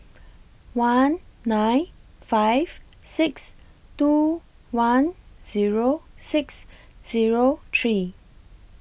one nine five six two one Zero six Zero three